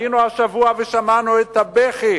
היינו השבוע ושמענו את הבכי